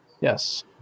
Yes